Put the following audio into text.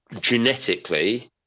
genetically